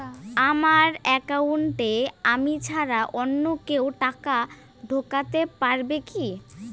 আমার একাউন্টে আমি ছাড়া অন্য কেউ টাকা ঢোকাতে পারবে কি?